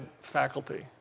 faculty